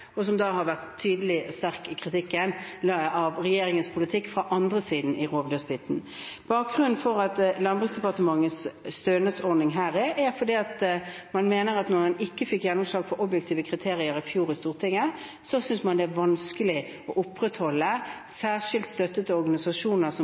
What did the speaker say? og som har vært tydelig og sterk i kritikken av regjeringens politikk fra den andre siden i rovdyrsbiten. Bakgrunnen for Landbruks- og matdepartementets stønadsordning er at man mener at når man ikke fikk gjennomslag for objektive kriterier i Stortinget i fjor, er det vanskelig å opprettholde særskilt støtte til organisasjoner som